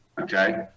Okay